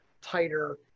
tighter